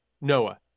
Noah